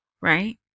right